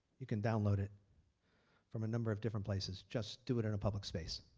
you can download it from a number of different places. just do it in a public space.